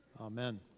Amen